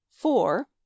four